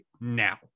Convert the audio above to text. now